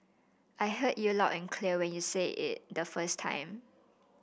I heard you loud and clear when you said it the first time